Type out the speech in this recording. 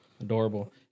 adorable